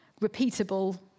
repeatable